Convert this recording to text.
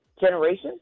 generation